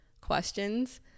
questions